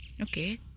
Okay